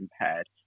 impaired